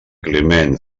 climent